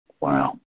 wow